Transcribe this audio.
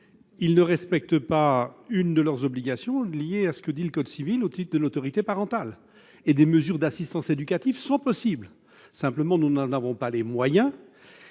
ils ne respectent pas une de leurs obligations prévues par le code civil au titre de l'autorité parentale. Des mesures d'assistance éducative sont possibles ; mais nous n'en avons pas les moyens.